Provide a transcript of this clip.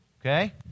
okay